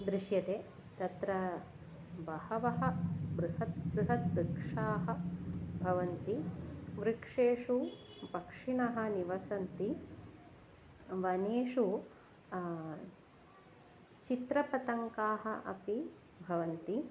दृश्यते तत्र बहवः बृहत् बृहत् वृक्षाः भवन्ति वृक्षेषु पक्षिणः निवसन्ति वनेषु चित्रपतङ्गाः अपि भवन्ति